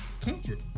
comfort